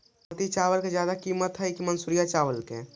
बासमती चावल के ज्यादा किमत है कि मनसुरिया चावल के?